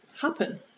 happen